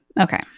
Okay